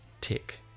Tick